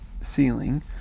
ceiling